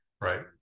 Right